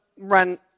run